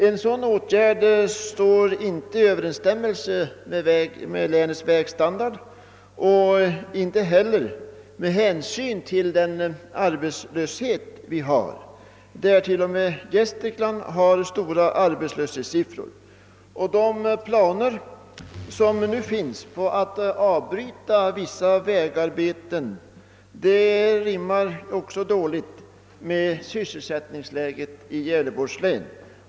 En sådan åtgärd står inte i överensstämmelse med länets vägstandard och tar inte heller hänsyn till den arbetslöshet som där råder; t.o.m. Gästrikland har höga arbetslöshetssiffror. De planer som nu föreligger på att avbryta vissa vägarbeten rimmar också dåligt med sysselsättningsläget i Gävleborgs län.